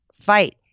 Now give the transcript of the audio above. fight